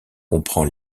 comprend